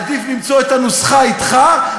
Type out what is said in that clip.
עדיף למצוא את הנוסחה אתך,